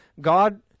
God